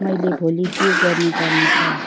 मैले भोलि के गर्नुपर्नेछ